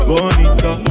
Bonita